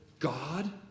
God